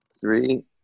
three